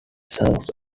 songs